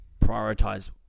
prioritize